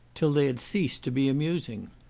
till they had ceased to be amusing.